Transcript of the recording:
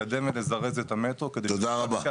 לקדם ולזרז את המטרו כדי שאפשר לקראת